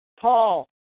Paul